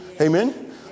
Amen